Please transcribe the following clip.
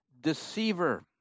deceiver